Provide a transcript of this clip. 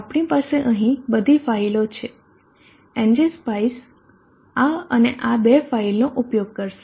આપણી પાસે અહી બધી ફાઇલો છે એનજીસ્પાઇસ આ અને આ બે ફાઇલોનો ઉપયોગ કરશે